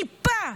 טיפה,